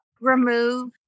remove